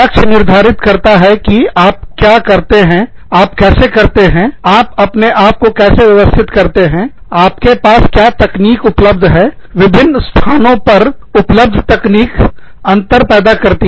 लक्ष्य निर्धारित करता है कि आप क्या करते हैं आप कैसे करते हैं आप अपने आप को कैसे व्यवस्थित करते हैं आपके पास क्या तकनीक उपलब्ध है विभिन्न स्थानों पर उपलब्ध तकनीक अंतर पैदा करती है